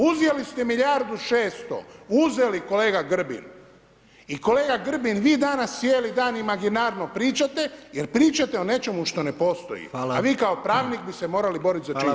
Uzeli ste milijardu 600, uzeli kolega Grbin i kolega Grbin, vi danas cijeli dan imaginarno pričate jer pričate o nečemu što ne postoji, a vi kao pravnik bi se morali boriti za činjenice.